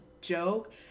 joke